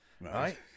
Right